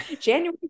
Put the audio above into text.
January